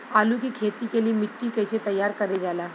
आलू की खेती के लिए मिट्टी कैसे तैयार करें जाला?